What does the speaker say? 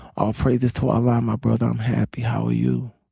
ah pray this to allah my brother. i'm happy, how are you?